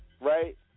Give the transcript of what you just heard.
right